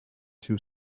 two